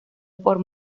por